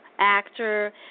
actor